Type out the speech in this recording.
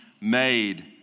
made